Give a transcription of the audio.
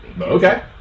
Okay